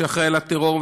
שאחראי לטרור,